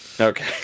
Okay